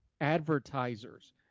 advertisers